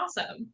awesome